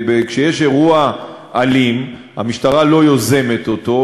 כשיש אירוע אלים המשטרה לא יוזמת אותו,